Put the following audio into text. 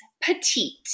petite